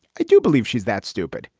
i do believe she's that stupid.